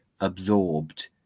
absorbed